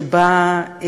שבה,